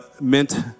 meant